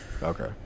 Okay